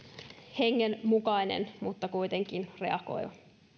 hengen mukainen mutta kuitenkin reagoiva